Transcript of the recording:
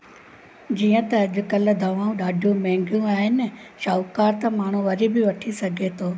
जीअं त अॼुकल्ह दवाऊं ॾाढियूं महिंगियूं आहिनि शाहूकारु त माण्हू वरी बि वठी सघे थो